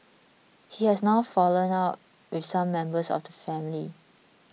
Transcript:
he has now fallen out with some members of the family